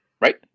Right